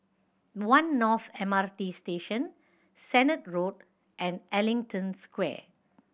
One North M R T Station Sennett Road and Ellington Square